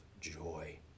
joy